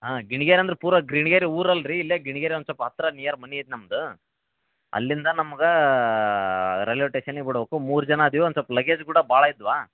ಹಾಂ ಗಿಣಿಗೇರಿ ಅಂದ್ರ್ ಪೂರಾ ಗ್ರಿಣಿಗೇರಿ ಊರ್ ಅಲ್ರಿ ಇಲ್ಲೆ ಗಿಣಿಗೇರಿ ಒಂದು ಸ್ವಲ್ಪ ಹತ್ತಿರ ನಿಯರ್ ಮನೆ ಐತೆ ನಮ್ದು ಅಲ್ಲಿಂದ ನಮ್ಗೆ ರೈಲ್ವೆ ಟೇಷನಿಗೆ ಬಿಡಬೇಕು ಮೂರು ಜನ ಅದೀವಿ ಒಂದು ಸ್ವಲ್ಪ ಲಗೇಜ್ ಕೂಡ ಭಾಳ ಇದ್ವು